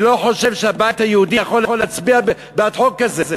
אני לא חושב שהבית היהודי יכול להצביע בעד חוק כזה.